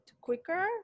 quicker